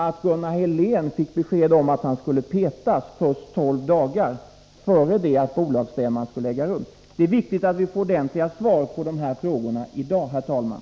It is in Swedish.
Det underliga är nämligen att Gunnar Helén först tolv dagar innan av ordförande Det är viktigt att vi får ordentliga svar på dessa frågor i dag, herr talman.